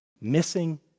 missing